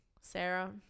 Sarah